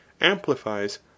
amplifies